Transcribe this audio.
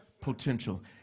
potential